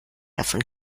davon